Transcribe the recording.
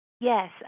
Yes